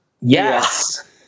Yes